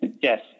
Yes